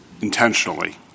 intentionally